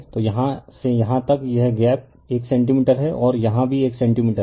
तो यहाँ से यहाँ तक यह गैप 1 सेंटीमीटर है और यहाँ भी 1सेंटीमीटर हैं